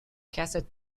cassette